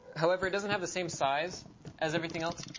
however, it doesn't have the same size as everything else.